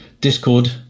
Discord